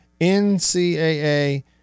NCAA